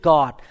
God